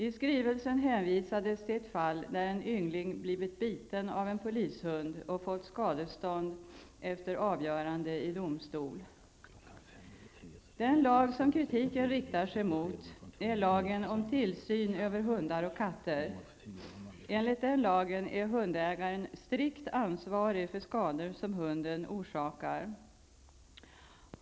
I skrivelsen hänvisades till ett fall där en yngling blivit biten av en polishund och fått skadestånd efter avgörande i domstol. Den lag som kritiken riktar sig mot är lagen om tillsyn över hundar och katter. Enligt den lagen är hundägaren strikt ansvarig för skador som hunden orsakar.